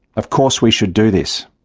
of course we should do this.